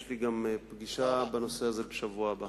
יש לי גם פגישה בנושא הזה בשבוע הבא.